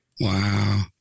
Wow